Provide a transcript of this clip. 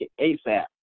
ASAP